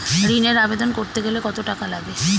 ঋণের আবেদন করতে গেলে কত টাকা লাগে?